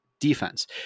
Defense